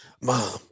mom